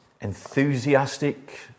enthusiastic